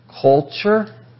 culture